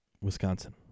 Wisconsin